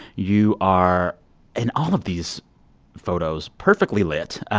you are in all of these photos perfectly lit.